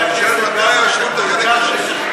אבל אני שואל מתי ישלימו את החלק השני.